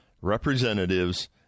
representatives